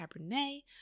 Cabernet